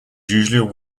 usually